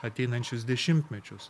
ateinančius dešimtmečius